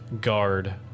guard